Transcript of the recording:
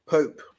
Pope